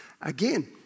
Again